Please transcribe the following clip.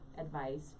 advice